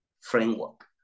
framework